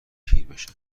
پیربشن